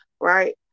right